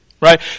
right